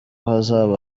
hazaba